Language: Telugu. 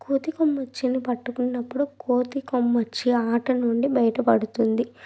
కోతి కొమ్మచ్చిని పట్టుకున్నప్పుడు కోతి కొమ్మచ్చి ఆటనుండి బయట పడుతుంది